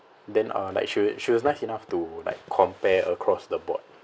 then uh like she she was nice enough to like compare across the board